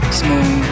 small